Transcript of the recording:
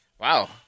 Wow